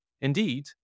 Indeed